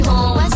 Home